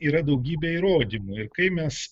yra daugybė įrodymų ir kai mes